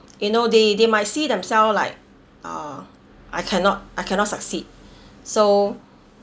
you know they they might see themselves like ah I cannot I cannot succeed so